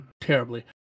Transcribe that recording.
terribly